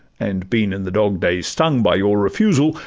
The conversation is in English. and been in the dog-days stung by your refusal,